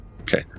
okay